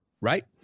right